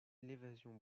l’évasion